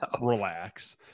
Relax